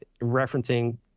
referencing